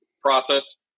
process